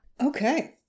Okay